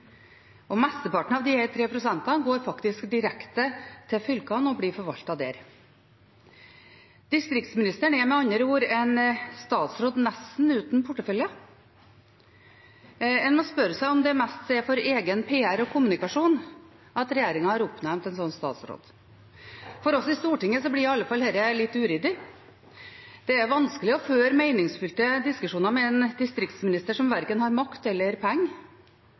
og mesteparten av disse tre prosentene går direkte til fylkene og blir forvaltet der. Distriktsministeren er med andre ord en statsråd nesten uten portefølje. En må spørre seg om det er mest for egen PR og kommunikasjon regjeringen har oppnevnt en slik statsråd. For oss i Stortinget blir i alle fall dette litt uryddig. Det er vanskelig å føre meningsfylte diskusjoner med en distriktsminister som verken har makt eller penger.